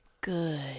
Good